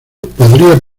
podría